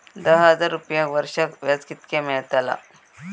दहा हजार रुपयांक वर्षाक व्याज कितक्या मेलताला?